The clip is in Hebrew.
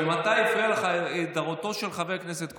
ממתי הפריעה לך היעדרותו של חבר הכנסת קושניר?